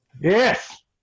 Yes